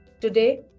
Today